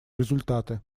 результаты